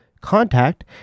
contact